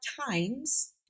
times